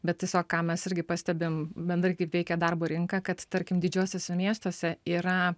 bet tiesiog ką mes irgi pastebim bendrai kaip veikia darbo rinka kad tarkim didžiuosiuose miestuose yra